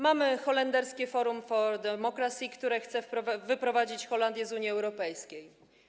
Mamy holenderskie Forum for Democracy, które chce wyprowadzić Holandię z Unii Europejskiej.